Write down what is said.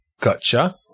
Gotcha